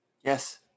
Yes